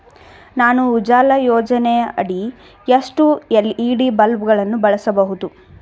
ನಾನು ಉಜಾಲ ಯೋಜನೆಯಡಿ ಎಷ್ಟು ಎಲ್.ಇ.ಡಿ ಬಲ್ಬ್ ಗಳನ್ನು ಬಳಸಬಹುದು?